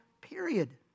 period